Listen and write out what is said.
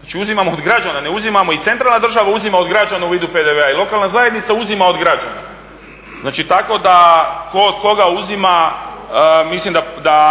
znači uzimamo od građana, ne uzimao, i centralna država uzima od građana u vidu PDV-a, i lokalna zajednica uzima od građana. Znači tako da ko od koga uzima mislim da